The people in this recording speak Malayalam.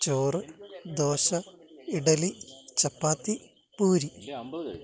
ചോറ് ദോശ ഇഡ്ഡലി ചപ്പാത്തി പൂരി